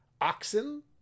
oxen